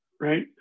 Right